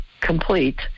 complete